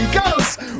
Ghosts